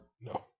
No